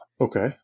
okay